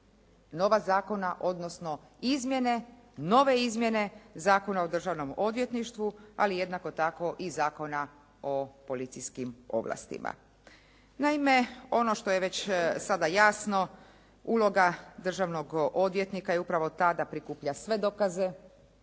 nova zakona odnosno izmjene, nove izmjene Zakona o državnom odvjetništvu ali jednako tako i Zakona o policijskim ovlastima. Naime ono što je već sada jasno uloga državnog odvjetnika je upravo ta da prikuplja sve dokaze,